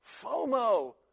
FOMO